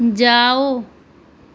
جاؤ